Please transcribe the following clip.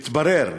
מתברר,